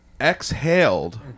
exhaled